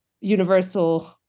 universal